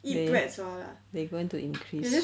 they they going to increase